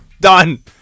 done